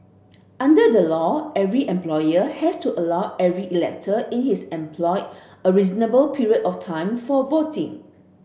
under the law every employer has to allow every elector in his employ a reasonable period of time for voting